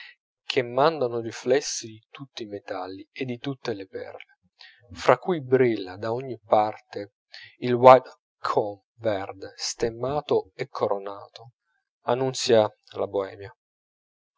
che mandano riflessi di tutti i metalli e di tutte le perle fra cui brilla da ogni parte il widerkomme verde stemmato e coronato annunzia la boemia